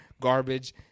garbage